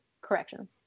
correction